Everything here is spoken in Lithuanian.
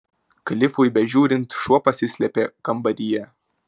klifui bežiūrint šuo pasislėpė kambaryje